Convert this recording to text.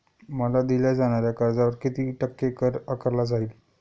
मला दिल्या जाणाऱ्या कर्जावर किती टक्के कर आकारला जाईल?